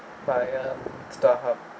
by uh StarHub